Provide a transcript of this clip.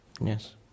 Yes